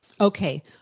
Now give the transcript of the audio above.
Okay